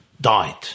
died